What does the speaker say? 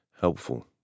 helpful